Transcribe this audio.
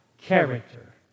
character